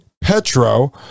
Petro